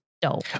dope